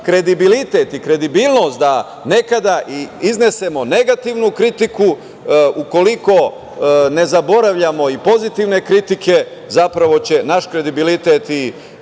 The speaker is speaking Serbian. kredibilitet i kredibilnost da nekada i iznesemo negativnu kritiku ukoliko ne zaboravljamo i pozitivne kritike, zapravo će naš kredibilitet i